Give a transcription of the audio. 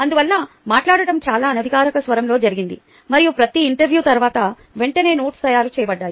అందువల్ల మాట్లాడటం చాలా అనధికారిక స్వరంలో జరిగింది మరియు ప్రతి ఇంటర్వ్యూ తర్వాత వెంటనే నోట్స్ తయారు చేయబడ్డాయి